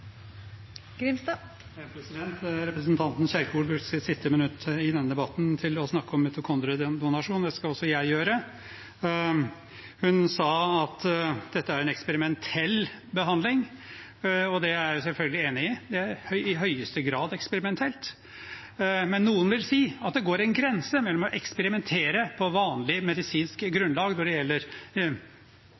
skal også jeg gjøre. Hun sa at dette er en eksperimentell behandling, og det er jeg selvfølgelig enig i. Det er i høyeste grad eksperimentelt. Men noen vil si at det går en grense mellom å eksperimentere på vanlig medisinsk grunnlag – når det gjelder